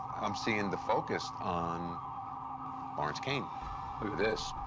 i'm seeing the focus on lawrence kane. look at this.